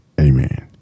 Amen